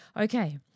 okay